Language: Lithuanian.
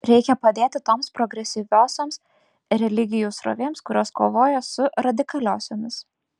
reikia padėti toms progresyviosioms religijų srovėms kurios kovoja su radikaliosiomis